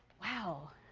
wow.